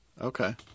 Okay